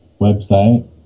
website